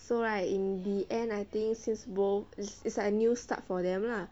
so right in the end I think since both is like a new start for them lah